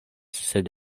sed